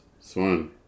Swan